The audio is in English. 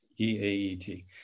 E-A-E-T